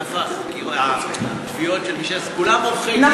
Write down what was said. בענף התביעות של משטרת ישראל, כולם עורכי-דין.